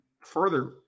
further –